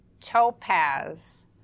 topaz